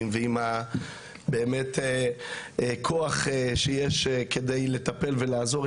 ועם באמת כוח שיש כדי לטפל ולעזור,